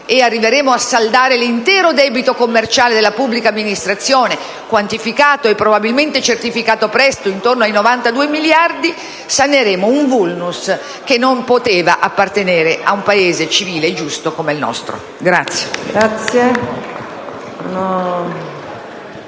arriveremo a saldare l'intero debito commerciale della pubblica amministrazione (quantificato, e probabilmente certificato presto, in 92 miliardi di euro), un *vulnus* che non poteva appartenere a un Paese civile e giusto come il nostro. In